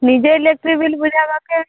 ନିଜେ electricity bill ବୁଝାବା କେ